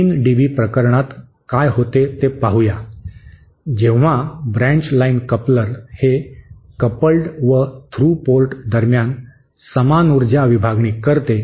3 dB प्रकरणात काय होते ते पाहूया जेव्हा ब्रँच लाइन कपलर हे कपल्ड व थ्रू पोर्ट दरम्यान समान ऊर्जा विभागणी करते